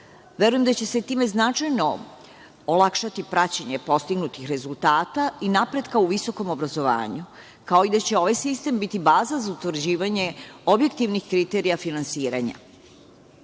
Verujem da će se time značajno olakšati praćenje postignutih rezultata i napretka u visokom obrazovanju, kao i da će ovaj sistem biti baza za utvrđivanje objektivnih kriterija finansiranja. Ciljevi